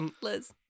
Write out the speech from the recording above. Liz